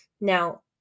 Now